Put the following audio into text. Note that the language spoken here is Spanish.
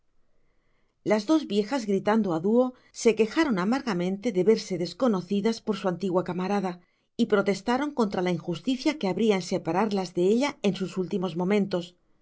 las dos viejas grilando á duo se quejaron amargamente de verse desconocidas por su antigua camarada y protestaron contra la injusticia que habria en separarlas de ella en sus últimos momentos